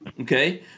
Okay